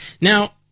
Now